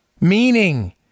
meaning